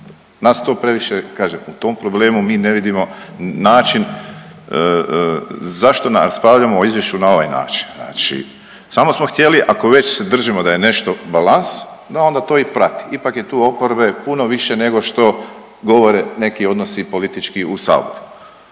nas to previše kažem u tom problemu mi ne vidimo način zašto raspravljamo o izvješću na ovaj način. Znači samo smo htjeli ako već se držimo da je nešto balans da to onda i prati, ipak je tu oporbe puno više nego što govore neki odnosi politički u saboru.